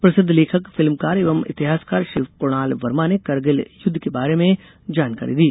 प्रसिद्ध लेखक फिल्मकार एवं इतिहासकार शिव कुणाल वर्मा ने कारगिल युद्ध के बारे में जानकारी दी